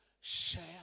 Share